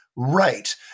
Right